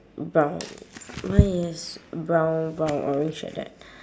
brown mine is brown brown orange like that